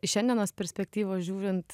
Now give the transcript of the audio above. iš šiandienos perspektyvos žiūrint